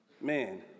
man